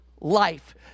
life